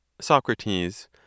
Socrates